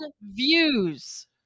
views